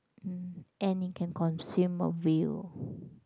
mm and it can consume a whale